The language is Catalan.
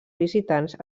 visitants